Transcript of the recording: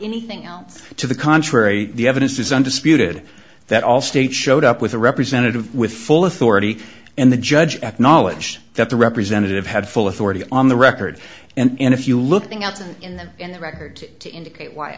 anything else to the contrary the evidence is undisputed that allstate showed up with a representative with full authority and the judge acknowledged that the representative had full authority on the record and if you look thing absent in the in the record to indicate why